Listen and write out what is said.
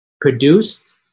produced